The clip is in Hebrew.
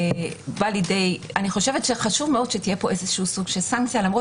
אני חושבת שחשוב מאוד שיהיה כאן איזשהו סוג של סנקציה למרות